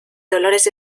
dolores